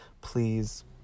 Please